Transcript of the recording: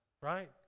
Right